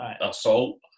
assault